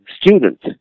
students